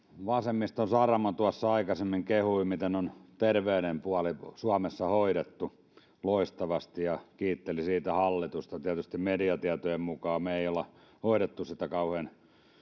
vasemmiston saramo tuossa aikaisemmin kehui miten on terveyden puoli suomessa hoidettu loistavasti ja kiitteli siitä hallitusta tietysti mediatietojen mukaan me emme ole hoitaneet sitä kauhean